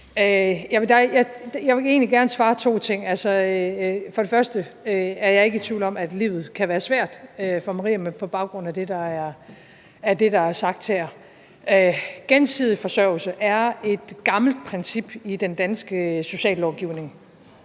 Jeg vil egentlig gerne sige to ting: Altså, for det første er jeg ikke i tvivl om, at livet kan være svært for Maria på baggrund af det, der er sagt her. Og for det andet vil jeg sige, at gensidig forsørgelse er et gammelt princip i den danske sociallovgivning,